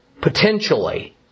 potentially